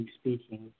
speaking